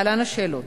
להלן השאלות: